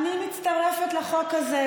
אני מצטרפת לחוק הזה,